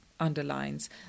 underlines